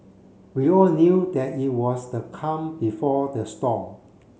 we all knew that it was the calm before the storm